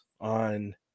on